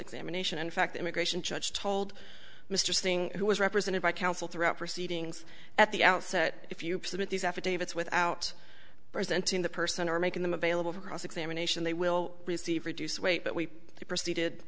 examination in fact the immigration judge told mr singh who was represented by counsel throughout proceedings at the outset if you submit these affidavits without presenting the person or making them available for cross examination they will receive reduce weight but we proceeded